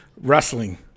wrestling